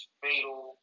fatal